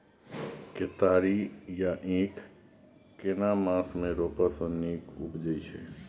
केतारी या ईख केना मास में रोपय से नीक उपजय छै?